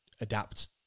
adapt